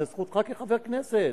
זו זכותך כחבר כנסת.